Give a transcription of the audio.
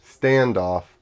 standoff